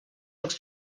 jocs